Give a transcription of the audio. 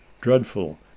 dreadful